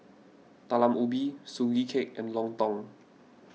Talam Ubi Sugee Cake and Lontong